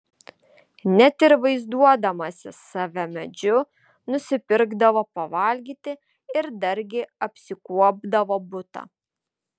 net ir vaizduodamasis save medžiu nusipirkdavo pavalgyti ir dargi apsikuopdavo butą